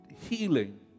healing